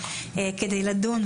כדי לדון,